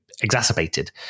exacerbated